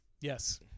Yes